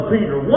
Peter